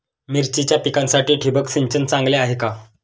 मिरचीच्या पिकासाठी ठिबक सिंचन चांगले आहे का?